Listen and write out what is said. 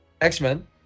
X-Men